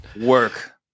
work